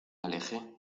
alejé